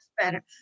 better